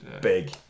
big